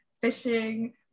fishing